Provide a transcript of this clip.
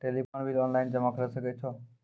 Telephone bill online जमा करै सकै छौ?